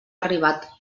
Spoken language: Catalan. arribat